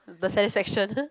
the sensation